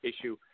issue